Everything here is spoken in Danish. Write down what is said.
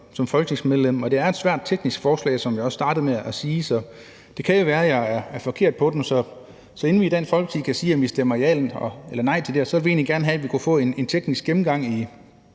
kun lægmand, og det er et svært teknisk forslag, som jeg også startede med at sige, så det kan jo være, at jeg er forkert på den. Så inden vi i Dansk Folkeparti kan sige, om vi stemmer ja eller nej til det her, vil vi egentlig gerne have en teknisk gennemgang i